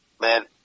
man